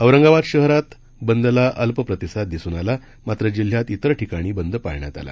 औरंगाबाद शहरात बंदला अल्प प्रतिसाद दिसून आला मात्र जिल्ह्यात त्रिर ठिकाणी बंद पाळण्यात आला